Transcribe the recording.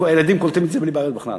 הילדים היו קולטים את זה בלי בעיות בכלל.